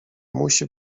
musi